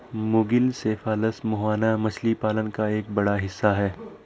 मुगिल cephalus मुहाना मछली पालन का एक बड़ा हिस्सा है